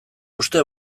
uste